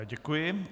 Děkuji.